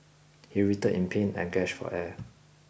he writhed in pain and gasped for air